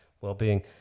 well-being